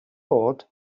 bod